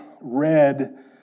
read